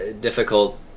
difficult